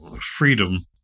freedom